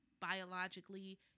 Biologically